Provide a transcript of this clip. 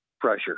pressure